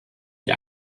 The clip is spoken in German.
die